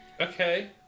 okay